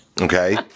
okay